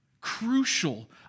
Crucial